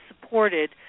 supported